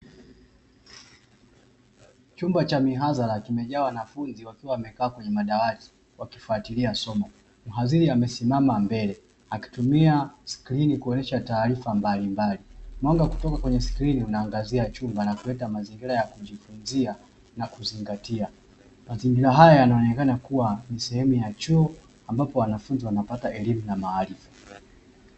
Chumba cha mihadhara kimejaa wanafunzi wakiwa wamekaa kwenye madawati wakifatilia somo. Mhadhiri amesimama mbele akitumia skrini kuonesha taarifa mbalimbali. Mwanga kutoka kwenye skrini unaangazia chumba na kuleta mazingira ya kujifunzia na kuzingatia. Mazingira haya yanaonekana kuwa ni sehemu ya chuo ambapo wanafunzi wanapata elimu na maarifa.